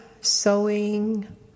sewing